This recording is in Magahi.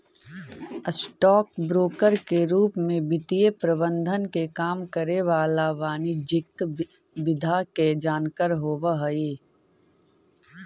स्टॉक ब्रोकर के रूप में वित्तीय प्रबंधन के काम करे वाला वाणिज्यिक विधा के जानकार होवऽ हइ